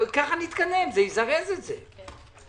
זה יזרז את זה.